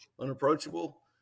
unapproachable